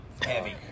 heavy